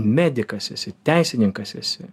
medikas esi teisininkas esi